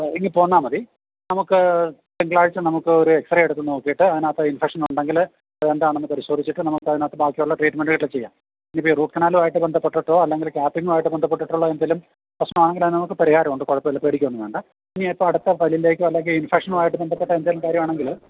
ഇങ്ങ് പോന്നാൽ മതി നമുക്ക് തിങ്കളാഴ്ച നമുക്ക് ഒരു എക്സ്റേ എടുത്തു നോക്കിയിട്ട് അതിനകത്ത് ഇൻഫെക്ഷനൊണ്ടെങ്കിൽ അത് എന്താണെന്ന് പരിശോധിച്ചിട്ട് നമുക്ക് അതിനകത്ത് ബാക്കിയുള്ള ട്രീറ്റ്മെൻറ്റ് ചെയ്യാം ഇനി റൂട്ട് കനാലുമായിട്ട് ബന്ധപ്പെട്ടിട്ടോ അല്ലെങ്കിൽ ക്യാപ്പിങ്ങുമായിട്ട് ബന്ധപ്പെട്ടിട്ടുള്ള എന്തേലും പ്രശ്നമാണെങ്കിൽ അത് നമുക്ക് പരിഹാരം ഉണ്ട് കുഴപ്പമില്ല പേടിക്കുക ഒന്നും വേണ്ട ഇനി ഇപ്പോൾ അടുത്ത പല്ലിലേക്കോ അല്ലെങ്കിൽ ഇൻഫെക്ഷനുമായിട്ട് ബന്ധപ്പെട്ട എന്തെലും കാര്യമാണെങ്കിൽ